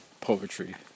poetry